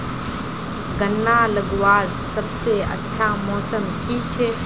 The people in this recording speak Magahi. गन्ना लगवार सबसे अच्छा मौसम की छे?